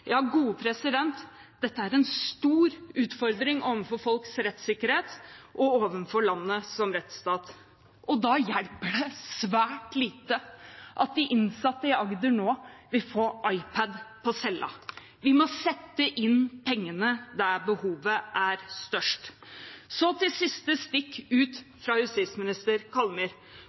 ja, dette er en stor utfordring med tanke på folks rettssikkerhet og landet som rettsstat. Da hjelper det svært lite at de innsatte i Agder nå vil få iPad på cella. Vi må sette inn pengene der behovet er størst. Så til siste stikk fra justisminister